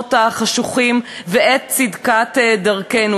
המקומות החשוכים ואת צדקת דרכנו,